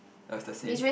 oh is the same